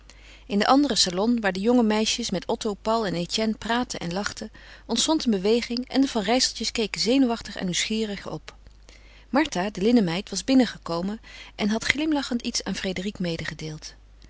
in den anderen salon waar de jonge meisjes met otto paul en etienne praatten en lachten ontstond een beweging en de van rijsseltjes keken zenuwachtig en nieuwsgierig op martha de linnenmeid was binnengekomen en had glimlachend iets aan